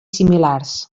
similars